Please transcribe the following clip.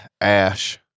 ash